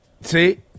See